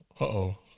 uh-oh